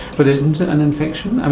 but isn't it an infection? i